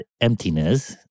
emptiness